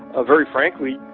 ah very frankly,